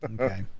okay